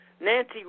Nancy